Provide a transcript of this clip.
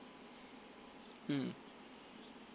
mm